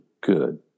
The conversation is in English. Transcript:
good